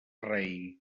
rei